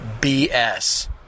BS